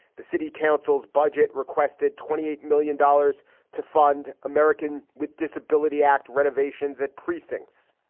the city council's budget requested twenty eight million dollars to fund american with disabilities act renovations at precincts.